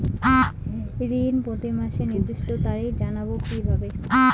ঋণ প্রতিমাসের নির্দিষ্ট তারিখ জানবো কিভাবে?